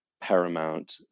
paramount